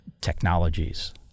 technologies